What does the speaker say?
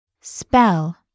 Spell